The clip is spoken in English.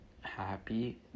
happy